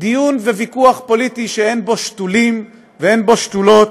דיון וויכוח פוליטי שאין בו שתולים ואין בו שתולות,